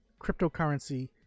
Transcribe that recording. cryptocurrency